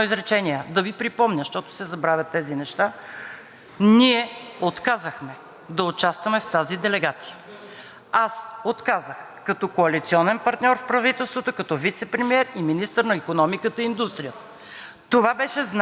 аз отказах като коалиционен партньор в правителството, като вицепремиер и министър на икономиката и индустрията. Това беше знак, тоест още тогава ние сме давали символични знаци, че сме против тази война.